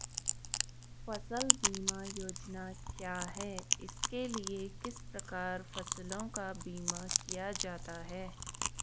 फ़सल बीमा योजना क्या है इसके लिए किस प्रकार फसलों का बीमा किया जाता है?